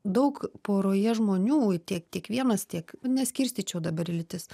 daug poroje žmonių tiek tik vienas tiek neskirstyčiau dabar į lytis